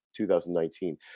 2019